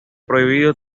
prohibido